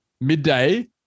midday